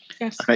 Yes